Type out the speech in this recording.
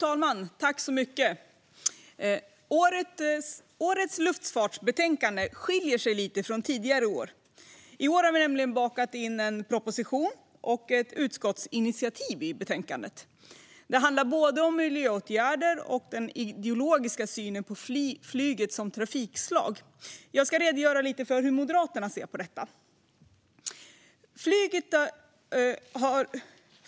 Fru talman! Årets luftfartsbetänkande skiljer sig lite från tidigare års. I år har vi nämligen bakat in en proposition och ett utskottsinitiativ i betänkandet. Det handlar både om miljöåtgärder och om den ideologiska synen på flyget som trafikslag. Jag ska redogöra lite för hur Moderaterna ser på detta.